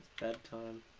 bedtime